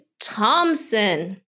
thompson